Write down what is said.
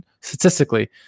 statistically